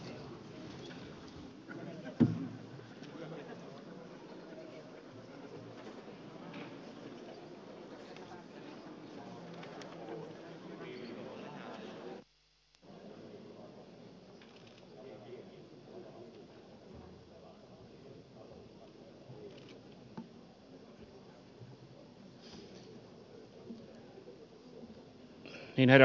herra puhemies